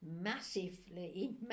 massively